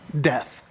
death